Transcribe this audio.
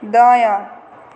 दायाँ